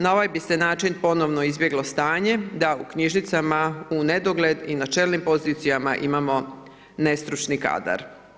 Na ovaj bi se način ponovno izbjeglo stanje da u knjižnicama u nedogled i na čelnim pozicijama imamo nestručni kadar.